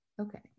Okay